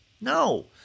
No